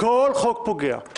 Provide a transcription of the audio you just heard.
כל חוק פוגע.